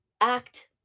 Act